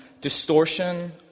Distortion